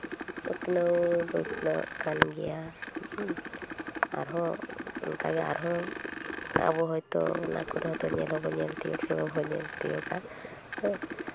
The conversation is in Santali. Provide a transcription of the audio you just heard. ᱩᱛᱱᱟᱹᱣ ᱫᱚ ᱩᱛᱱᱟᱹᱜ ᱠᱟᱱ ᱜᱮᱭᱟ ᱦᱮᱸ ᱟᱨᱦᱚᱸ ᱚᱱᱠᱟᱜᱮ ᱟᱨᱦᱚᱸ ᱟᱵᱚ ᱦᱚᱭᱛᱳ ᱚᱱᱟ ᱠᱚᱫᱚ ᱦᱚᱭᱛᱳ ᱧᱮᱞ ᱦᱚᱸ ᱵᱚᱱ ᱧᱮᱞ ᱛᱤᱭᱳᱜ ᱥᱮᱵᱚᱱ ᱧᱮᱞ ᱛᱤᱭᱳᱜᱟ ᱦᱮᱸ